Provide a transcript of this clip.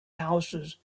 houses